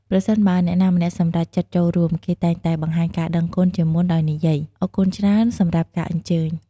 ប្រសិនបើអ្នកណាម្នាក់សម្រេចចិត្តចូលរួម គេតែងតែបង្ហាញការដឹងគុណជាមុនដោយនិយាយ "អរគុណច្រើនសម្រាប់ការអញ្ជើញ"។